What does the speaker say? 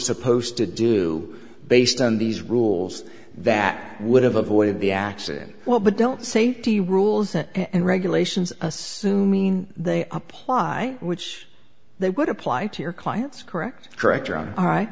supposed to do based on these rules that would have avoided the accident well but don't safety rules and regulations assuming they apply which they would apply to your clients correct correct